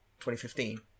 2015